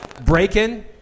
Breaking